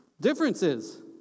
differences